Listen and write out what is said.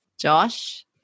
Josh